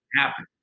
happen